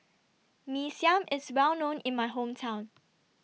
Mee Siam IS Well known in My Hometown